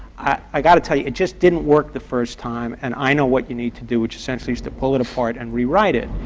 i gotta tell you, it just didn't work the first time, and i know what you need to do, which essentially is to pull it apart and rewrite it.